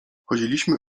chodziliśmy